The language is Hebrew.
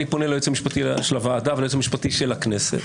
פונה ליועץ המשפטי של הוועדה וליועצת המשפטית של הכנסת.